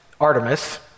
Artemis